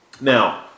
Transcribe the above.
Now